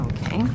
Okay